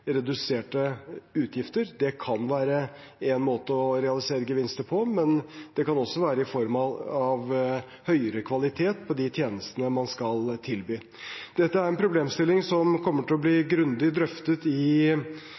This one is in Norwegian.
reduserte utgifter. Det kan være én måte å realisere gevinster på, men det kan også være i form av høyere kvalitet på de tjenestene man skal tilby. Dette er en problemstilling som kommer til å bli grundig drøftet i